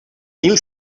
mil